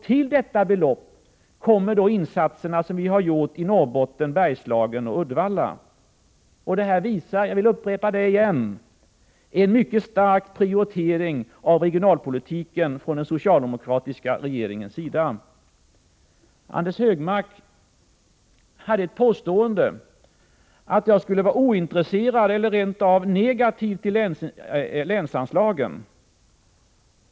Till detta belopp kommer de insatser som vi har gjort i Norrbotten, Bergslagen och Uddevalla. Detta visar — jag vill upprepa det igen — en mycket stark prioritering av regionalpolitiken från den socialdemokratiska regeringens sida. Anders Högmark gjorde påståendet att jag skulle vara ointresserad av eller rent av negativt inställd till länsanslagen.